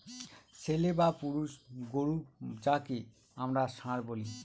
ছেলে বা পুরুষ গোরু যাকে আমরা ষাঁড় বলি